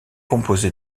composé